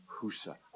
Husa